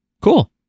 Cool